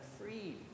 free